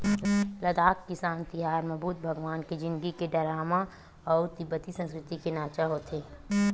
लद्दाख किसान तिहार म बुद्ध भगवान के जिनगी के डरामा अउ तिब्बती संस्कृति के नाचा होथे